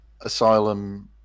Asylum